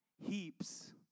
heaps